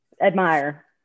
admire